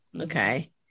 okay